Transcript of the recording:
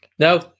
No